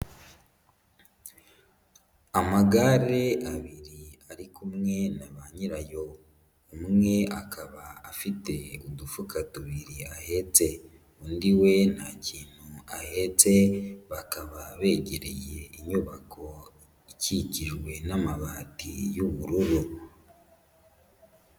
Amagare abiri ari kumwe na ba nyirayo, umwe akaba afite udufuka tubiri yahetse, undi we nta kintu ahetse bakaba begereye inyubako ikikijwe n'amabati y'ubururu.